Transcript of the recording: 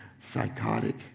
psychotic